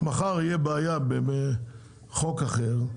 מחר תהיה בעיה בחוק אחר,